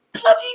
Bloody